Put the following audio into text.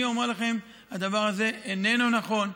אני אומר לכם, הדבר הזה איננו נכון.